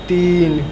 तीन